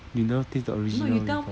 you never taste the original one before